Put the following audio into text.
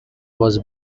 was